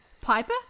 Piper